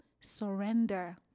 surrender